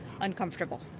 uncomfortable